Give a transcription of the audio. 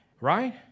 Right